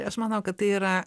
aš manau kad tai yra